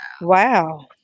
Wow